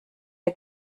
der